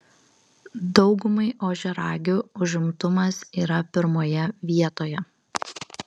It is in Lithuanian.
daugumai ožiaragių užimtumas yra pirmoje vietoje